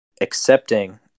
accepting